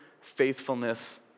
faithfulness